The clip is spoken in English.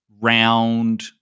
round